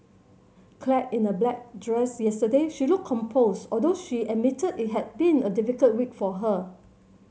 clad in a black dress yesterday she looked composed although she admitted it had been a difficult week for her